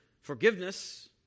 forgiveness